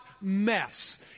mess